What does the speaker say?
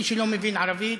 מי שלא אוהב ערבית,